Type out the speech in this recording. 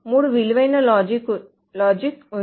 మూడు విలువైన లాజిక్ ఉంది